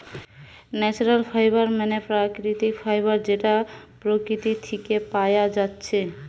natural fibre মানে প্রাকৃতিক fibre যেটা প্রকৃতি থিকে পায়া যাচ্ছে